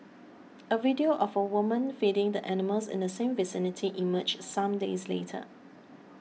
a video of a woman feeding the animals in the same vicinity emerged some days later